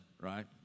right